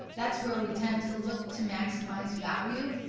that's where we tend to look to maximize value.